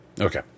Okay